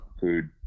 food